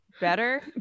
Better